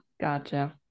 Gotcha